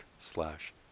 slash